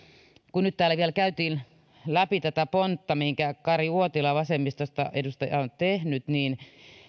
kun nyt täällä vielä käytiin läpi tätä pontta minkä edustaja kari uotila vasemmistosta on tehnyt niin